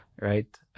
right